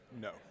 No